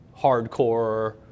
hardcore